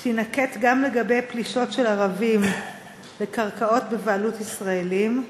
תינקט גם לגבי פלישות של ערבים לקרקעות בבעלות ישראלים?